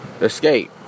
escape